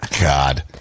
God